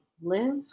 live